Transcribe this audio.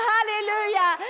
Hallelujah